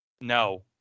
No